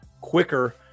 quicker